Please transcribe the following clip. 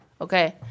Okay